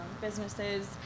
businesses